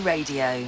Radio